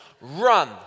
run